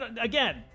again